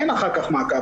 אין אחר כך מעקב.